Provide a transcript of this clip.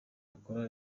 akora